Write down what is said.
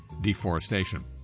deforestation